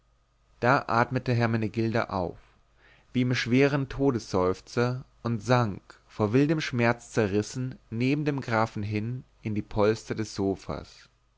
da atmete hermenegilda auf wie im schweren todesseufzer und sank von wildem schmerz zerrissen neben dem grafen hin in die polster des sofas